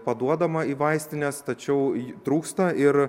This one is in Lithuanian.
paduodama į vaistines tačiau trūksta ir